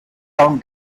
down